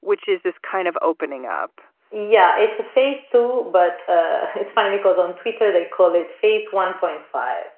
which is this kind of opening up yeah, it's a phase two, so but ah it's fun. and it goes on twitter. they call it phase one, point five